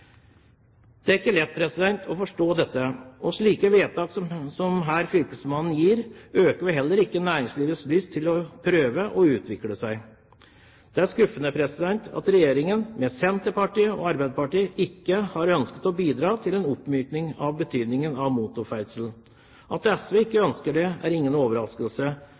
Det er ikke lett å forstå dette, og slike vedtak som fylkesmannen her gir, øker heller ikke næringslivets lyst til å prøve å utvikle seg. Det er skuffende at regjeringen, med Senterpartiet og Arbeiderpartiet, ikke har ønsket å bidra til en oppmykning av betydningen av motorferdsel. At SV ikke ønsker det, er ingen overraskelse,